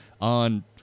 on